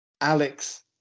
Alex